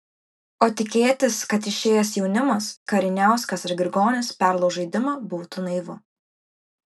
o tikėtis kad išėjęs jaunimas kariniauskas ar grigonis perlauš žaidimą būtų naivu